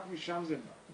רק משם זה בא.